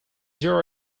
there